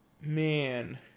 Man